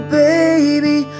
baby